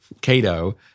Cato